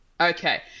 Okay